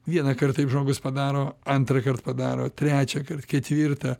vienąkart taip žmogus padaro antrąkart padaro trečiąkart ketvirtą